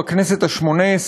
כזאת בכנסת השמונה-עשרה,